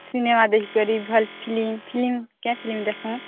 cinema ଦେଖି କରି ଭଲ୍ ଫିଲିମ୍ ଫିଲିମ୍ କେଇଁ ଫିଲିମ୍ ଦେଖିବୁ